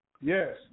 Yes